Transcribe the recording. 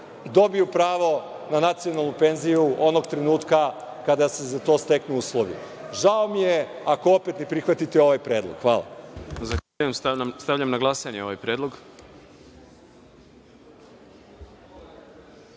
dobiju pravo na nacionalnu penziju onog trenutka kada se za to steknu uslovi. Žao mi je, ako opet ne prihvatite ovaj predlog. Hvala